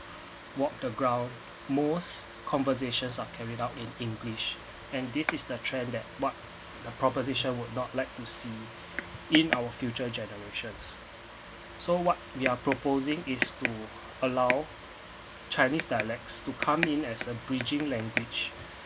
walk the ground most conversations are carried out in english and this is the trend that what the proposition would not like to see in our future generations so what we are proposing is to allow chinese dialects to come in as a bridging language